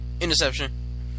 Interception